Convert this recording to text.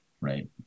right